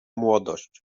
młodość